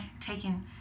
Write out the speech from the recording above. taking